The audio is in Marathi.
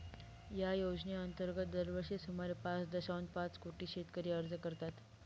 या योजनेअंतर्गत दरवर्षी सुमारे पाच दशांश पाच कोटी शेतकरी अर्ज करतात